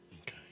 Okay